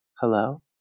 Hello